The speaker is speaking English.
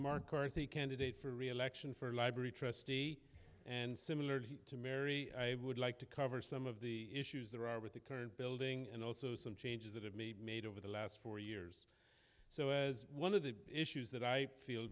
carthy candidate for reelection for library trustee and similar to mary i would like to cover some of the issues there are with the current building and also some changes that have me made over the last four years so as one of the issues that i feel